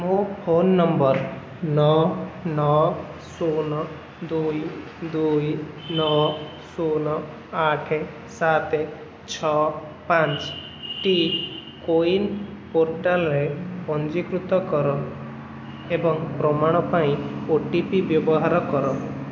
ମୋ phone number ନଅ ନଅ ଶୂନ ଦୁଇ ଦୁଇ ନଅ ଶୂନ ଆଠ ସାତ ଛଅ ପାଞ୍ଚ ଟି କୋ ୱିନ୍ ପୋର୍ଟାଲରେ ପଞ୍ଜୀକୃତ କର ଏବଂ ପ୍ରମାଣ ପାଇଁ ଓ ଟି ପି ବ୍ୟବହାର କର